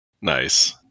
Nice